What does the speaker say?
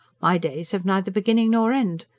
my days have neither beginning nor end.